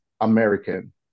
American